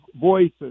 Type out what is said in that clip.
voices